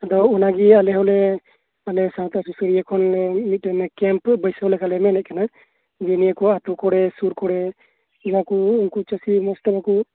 ᱟᱫᱚ ᱚᱱᱟᱜᱮ ᱟᱞᱮ ᱦᱚᱸ ᱥᱟᱶᱛᱟ ᱥᱩᱥᱟᱹᱨᱤᱭᱟᱹ ᱠᱚ ᱢᱤᱫᱴᱮᱡ ᱠᱮᱢᱯ ᱞᱮᱠᱟᱞᱮ ᱵᱟᱹᱭᱥᱟᱹᱣ ᱞᱮ ᱢᱮᱱᱮᱫ ᱠᱟᱱᱟ ᱱᱤᱭᱟᱹ ᱠᱚᱨᱮ ᱥᱩᱨ ᱠᱚᱨᱮ ᱟᱰᱛᱳ ᱠᱚᱨᱮᱱ ᱪᱟᱹᱥᱤ ᱠᱚ ᱩᱱᱠᱩ ᱢᱚᱸᱡ ᱛᱮ ᱵᱟᱠᱚ ᱪᱟᱥ ᱫᱟᱲᱮᱭᱟᱜ ᱠᱟᱱᱟ